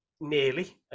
nearly